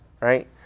right